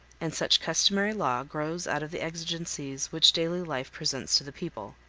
and such customary law grows out of the exigencies which daily life presents to the people.